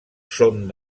son